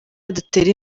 badatera